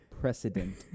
Precedent